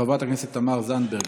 חברת הכנסת תמר זנדברג,